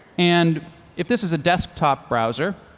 and if this is a desktop browser,